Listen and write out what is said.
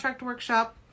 workshop